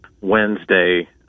Wednesday